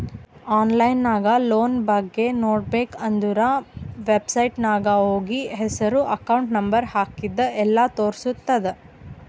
online ನಾಗ್ loan ಬಗ್ಗೆ ನೋಡ್ಬೇಕ ಅಂದುರ್ ವೆಬ್ಸೈಟ್ನಾಗ್ ಹೋಗಿ ಹೆಸ್ರು ಅಕೌಂಟ್ ನಂಬರ್ ಹಾಕಿದ್ರ ಎಲ್ಲಾ ತೋರುಸ್ತುದ್